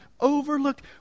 overlooked